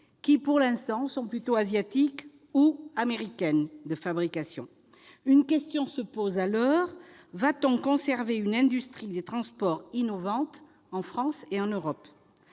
pour l'instant asiatiques ou américains. Une question se pose alors : va-t-on conserver une industrie des transports innovante en France et en Europe ?